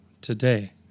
Today